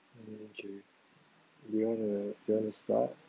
mm okay you wanna you wanna start